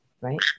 Right